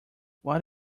what